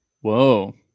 Whoa